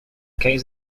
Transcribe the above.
case